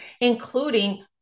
including